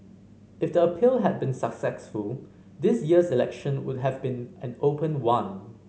if the appeal had been successful this year's election would have been an open one